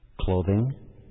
Clothing